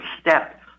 step